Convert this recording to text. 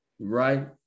Right